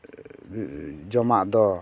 ᱡᱚᱢᱟᱜ ᱫᱚ